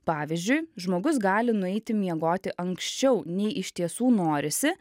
pavyzdžiui žmogus gali nueiti miegoti anksčiau nei iš tiesų norisi